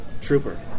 trooper